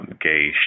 gay